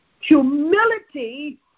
Humility